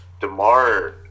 DeMar